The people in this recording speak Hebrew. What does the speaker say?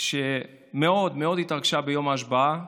שמאוד מאוד התרגשה ביום ההשבעה.